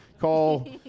Call